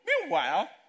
Meanwhile